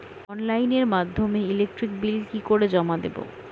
অনলাইনের মাধ্যমে electric bill কি করে জমা দেবো?